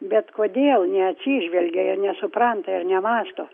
bet kodėl neatsižvelgia jie nesupranta ir nemąsto